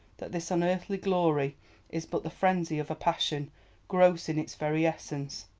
that this unearthly glory is but the frenzy of a passion gross in its very essence.